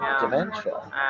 dementia